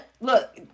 look